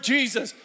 Jesus